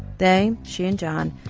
they, she and john,